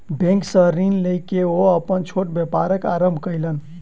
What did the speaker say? bank सॅ ऋण लय के ओ अपन छोट व्यापारक आरम्भ कयलैन